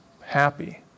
happy